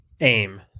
AIM